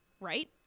right